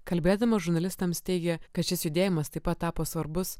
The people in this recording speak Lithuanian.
kalbėdama žurnalistams teigė kad šis judėjimas taip pat tapo svarbus